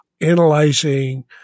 analyzing